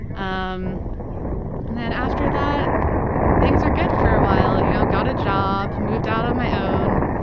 um and then after that things were good for a while. you know got a job, moved out on my own.